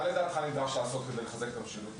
מה לדעתך ניתן לעשות כדי לחזק את המשילות?